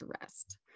rest